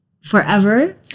forever